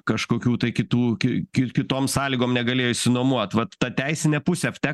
kažkokių tai kitų ki ki kitom sąlygom negalėjo išsinuomot vat ta teisinė pusė vtech